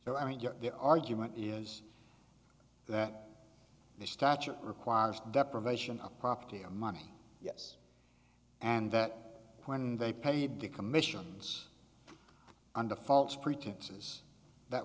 so i mean your argument is that the statute requires deprivation of property a money yes and that when they paid the commissions under false pretenses that